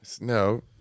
No